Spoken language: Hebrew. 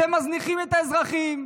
אתם מזניחים את האזרחים,